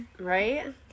right